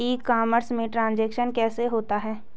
E commerce में transaction कैसे होता है?